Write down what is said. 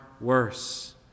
worse